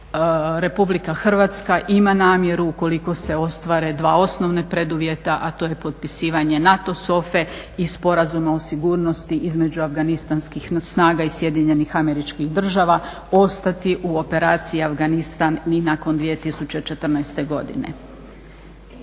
Republika Hrvatska ima namjeru ukoliko se ostvare dva osnovna preduvjeta, a to je potpisivanje NATO sofe i sporazuma o sigurnosti između Afganistanskih snaga i Sjedinjenih Američkih Država, ostati u operaciji Afganistan ni nakon 2014. godine.